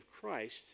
Christ